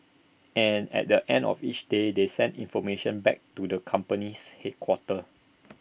and at the end of each day they send the information back to the company's headquarters